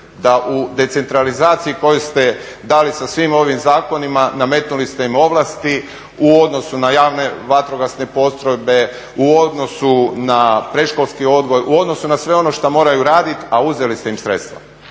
da u decentralizaciji koju ste dali sa svim ovim zakonima nametnuli ste im ovlasti u odnosu na javne vatrogasne postrojbe, u odnosu na predškolski odgoj, u donosu na sve ono što moraju raditi, a uzeli ste im sredstva.